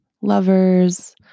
lovers